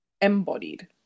embodied